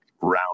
round